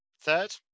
third